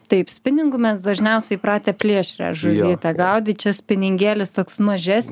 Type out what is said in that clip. taip spiningu mes dažniausiai įpratę plėšrią žuvytę gaudyt čia spiningėlis toks mažesn